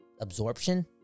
absorption